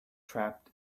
trapped